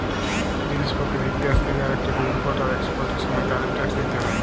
জিলিস পত্তের ইক দ্যাশ থ্যাকে আরেকটতে ইমপরট আর একসপরটের সময় তারিফ টেকস দ্যিতে হ্যয়